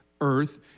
earth